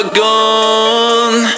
gone